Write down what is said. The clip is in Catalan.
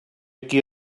qui